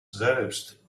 selbst